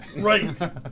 Right